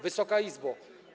Wysoka Izbo!